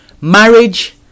marriage